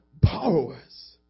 borrowers